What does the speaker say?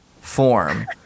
form